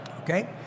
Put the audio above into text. okay